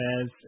says